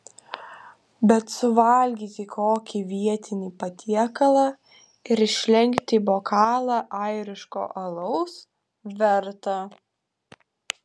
bet suvalgyti kokį vietinį patiekalą ir išlenkti bokalą airiško alaus verta